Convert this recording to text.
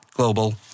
global